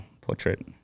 Portrait